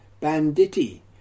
banditti